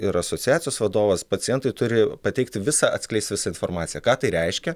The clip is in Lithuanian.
ir asociacijos vadovas pacientai turi pateikti visą atskleist visą informaciją ką tai reiškia